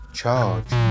charge